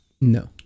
No